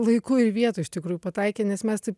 laiku ir vietoj iš tikrųjų pataikė nes mes taip